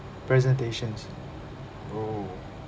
presentations oh